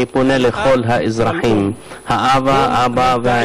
אני פונה אל כל האזרחים: האבא והאימא